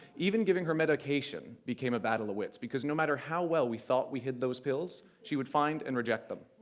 even giving her medication became a battle of wits because no matter how well we thought we hid those pills, she would find and reject them.